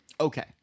Okay